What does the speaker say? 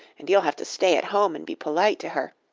and you'll have to stay at home and be polite to her.